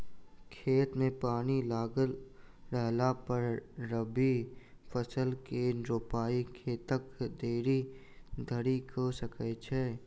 खेत मे पानि लागल रहला पर रबी फसल केँ रोपाइ कतेक देरी धरि कऽ सकै छी?